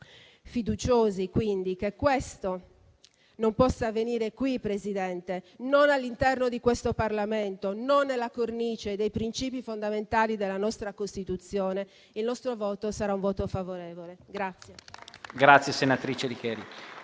Fiduciosi, quindi, che questo non possa avvenire qui, signor Presidente, non all'interno del Parlamento, non nella cornice dei principi fondamentali della nostra Costituzione, il nostro voto sarà favorevole.